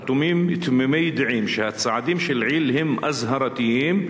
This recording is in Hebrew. החתומים תמימי דעים שהצעדים שלעיל הם אזהרתיים,